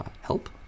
help